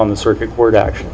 on the circuit court action